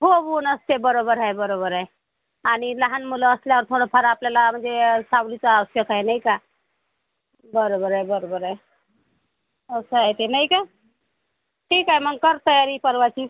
हो हो नसते बरोबर आहे बरोबर आहे आणि लहान मुलं असल्यावर थोडंफार आपल्याला म्हणजे सावलीचं आवश्यक आहे नाही का बरोबर आहे बरोबर आहे असं आहे ते नाही का ठीक आहे मग कर तयारी परवाची